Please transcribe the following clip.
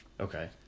Okay